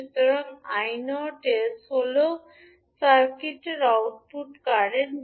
সুতরাং I0 𝑠 হল এই সার্কিটের আউটপুট কারেন্ট